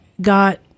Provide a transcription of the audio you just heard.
got